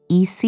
EC